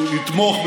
הוא יתמוך,